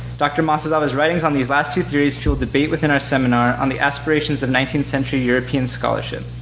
dr. masuzawa's writings on these last two theories fueled debate within our seminar on the aspirations of nineteenth century european scholarship.